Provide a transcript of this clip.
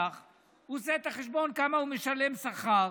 והוא עושה את החשבון כמה הוא משלם שכר.